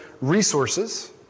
resources